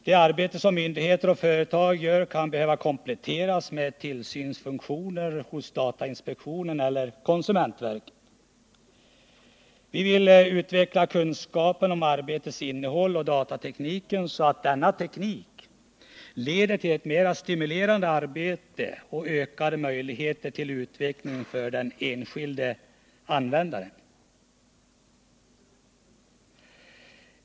Det arbete som myndigheter och företag gör kan behöva kompletteras med tillsynsfunktioner hos datainspektionen eller konsumentverket. Vi vill utveckla kunskapen om arbetets innehåll och datatekniken, så att denna teknik leder till ett mer stimulerande arbete och ökar möjligheterna till utveckling för den enskilde användaren.